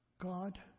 God